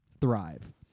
thrive